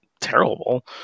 terrible